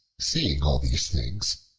seeing all these things,